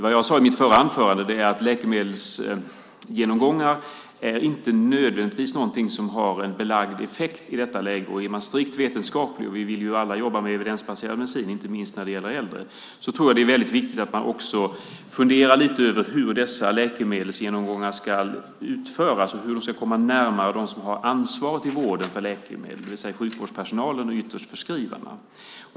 Vad jag sade i mitt förra anförande är att läkemedelsgenomgångar inte nödvändigtvis är något som har en belagd effekt i detta läge. Är man strikt vetenskaplig - och vi vill ju alla jobba med evidensbaserad medicin, inte minst när det gäller äldre - tror jag att det är väldigt viktigt att man också funderar lite över hur dessa läkemedelsgenomgångar ska utföras och hur de ska komma närmare dem som har ansvaret i vården för läkemedel, det vill säga sjukvårdspersonalen och ytterst förskrivarna.